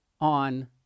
on